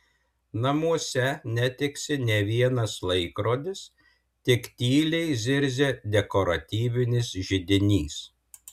namuose netiksi nė vienas laikrodis tik tyliai zirzia dekoratyvinis židinys